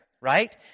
right